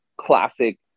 classic